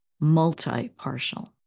multi-partial